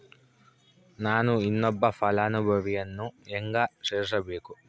ನಾನು ಇನ್ನೊಬ್ಬ ಫಲಾನುಭವಿಯನ್ನು ಹೆಂಗ ಸೇರಿಸಬೇಕು?